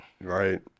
Right